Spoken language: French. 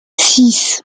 six